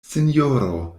sinjoro